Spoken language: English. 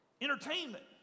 entertainment